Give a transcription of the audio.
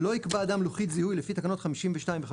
"(ג)לא יקבע אדם לוחית זיהוי לפי תקנות 52 ו-